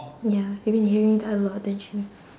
ya you've been hearing that a lot don't you